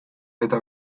eta